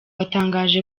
watangaje